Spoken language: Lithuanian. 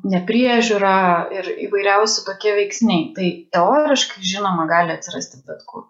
nepriežiūra ir įvairiausi tokie veiksniai tai teoriškai žinoma gali atsirasti bet kur